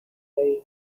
arise